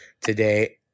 today